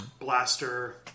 Blaster